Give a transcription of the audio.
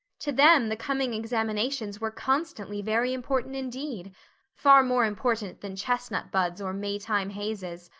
to them the coming examinations were constantly very important indeed far more important than chestnut buds or maytime hazes.